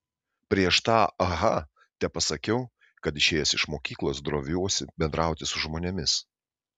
prieš tą aha tepasakiau kad išėjęs iš mokyklos droviuosi bendrauti su žmonėmis